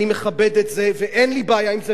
אני מכבד את זה ואין לי בעיה עם זה,